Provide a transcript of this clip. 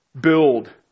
build